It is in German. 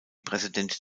präsident